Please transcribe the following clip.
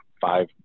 five